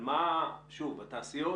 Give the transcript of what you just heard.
התעשיות